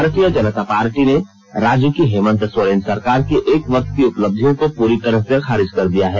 भारतीय जनता पार्टी ने राज्य की हेमन्त सोरेन सरकार की एक वर्ष की उपलब्धियों को पूरी तरह से खारिज कर दिया है